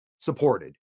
supported